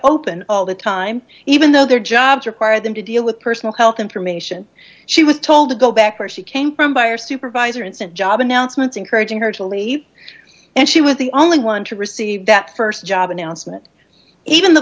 open all the time even though their jobs require them to deal with personal health information she was told to go back where she came from by her supervisor instant job announcements encouraging her to leave and she was the only one to receive that st job announcement even the